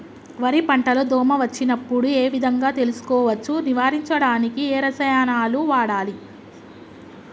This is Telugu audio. వరి పంట లో దోమ వచ్చినప్పుడు ఏ విధంగా తెలుసుకోవచ్చు? నివారించడానికి ఏ రసాయనాలు వాడాలి?